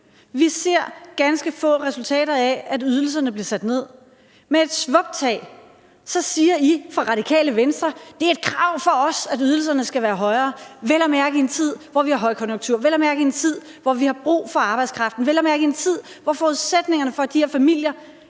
Vi ser ganske få resultater af, at ydelserne blev sat ned. Med et snuptag beslutter man sig i Radikale Venstre for at sige: Det er et krav for os, at ydelserne skal være højere. Og det gør man vel at mærke i en tid, hvor vi har højkonjunktur; vel at mærke i en tid, hvor vi har brug for arbejdskraften; vel at mærke i en tid, hvor der er forudsætninger for, at de her familier